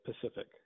Pacific